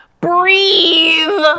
Breathe